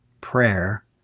prayer